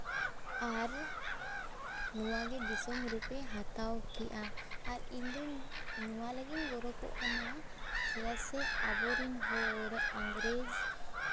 ᱟᱨ ᱱᱚᱣᱟᱜᱮ ᱫᱤᱥᱚᱢ ᱨᱩᱯᱮ ᱦᱟᱛᱟᱣ ᱠᱮᱜᱼᱟ ᱟᱨ ᱤᱧᱫᱚ ᱱᱚᱣᱟ ᱞᱟᱹᱜᱤᱫ ᱤᱧ ᱜᱚᱨᱚᱵᱚᱜ ᱠᱟᱱᱟ ᱪᱮᱫᱟᱜ ᱥᱮ ᱟᱵᱚᱨᱮᱱ ᱦᱚᱲ ᱤᱝᱨᱮᱡᱽ